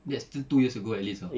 that still two years ago at least [tau]